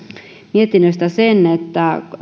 mietinnöstä sen että